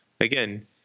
Again